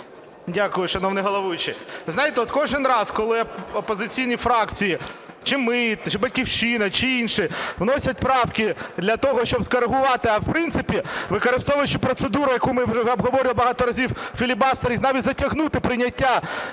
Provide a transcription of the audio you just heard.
Дякую, шановний головуючий. Знаєте, от кожен раз, коли опозиційні фракції, чи ми, чи "Батьківщина", чи інші, вносять правки для того, щоб скорегувати, а, в принципі, використовуючи процедуру, яку ми обговорювали багато разів, філібастер, і навіть затягнути прийняття